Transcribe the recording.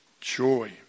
joy